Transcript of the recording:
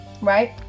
right